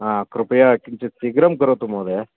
हा कृपया किञ्चित् शीघ्रं करोतु महोदय